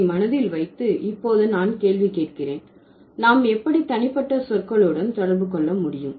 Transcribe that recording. அதை மனதில் வைத்து இப்போது நான் கேள்வி கேட்கிறேன் நாம் எப்படி தனிப்பட்ட சொற்களுடன் தொடர்பு கொள்ள முடியும்